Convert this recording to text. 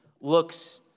looks